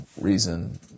reason